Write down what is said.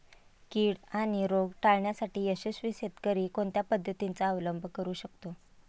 कीड आणि रोग टाळण्यासाठी यशस्वी शेतकरी कोणत्या पद्धतींचा अवलंब करू शकतो?